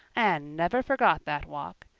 anne never forgot that walk.